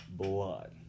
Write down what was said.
blood